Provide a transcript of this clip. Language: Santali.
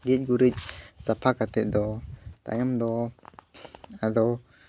ᱜᱮᱡ ᱜᱩᱨᱤᱡ ᱥᱟᱯᱷᱟ ᱠᱟᱛᱮ ᱫᱚ ᱛᱟᱭᱚᱢ ᱫᱚ ᱟᱫᱚ